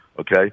Okay